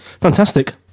Fantastic